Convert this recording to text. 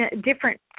different